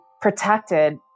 protected